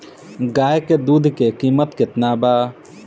गाय के दूध के कीमत केतना बा?